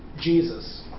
Jesus